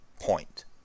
point